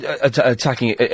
Attacking